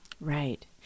Right